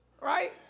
Right